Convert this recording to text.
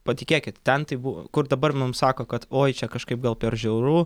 patikėkit ten tai buvo kur dabar mums sako kad oi čia kažkaip gal per žiauru